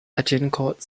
agincourt